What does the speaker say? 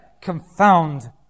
confound